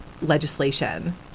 legislation